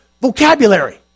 vocabulary